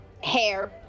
hair